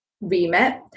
remit